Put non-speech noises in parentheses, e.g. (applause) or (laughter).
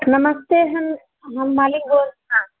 नमस्ते हम मालिक (unintelligible)